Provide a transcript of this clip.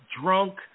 drunk